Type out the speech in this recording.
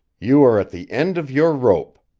you are at the end of your rope!